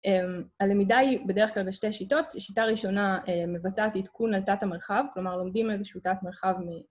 הלמידה היא בדרך כלל בשתי שיטות, שיטה ראשונה מבצעת תתכון לתת המרחב, כלומר לומדים איזושהי תת מרחב